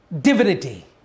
divinity